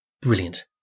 brilliant